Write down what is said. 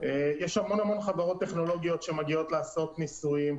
יש המון חברות טכנולוגיות שמגיעות לעשות ניסויים,